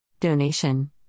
donation